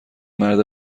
مرد